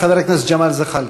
חבר הכנסת ג'מאל זחאלקה.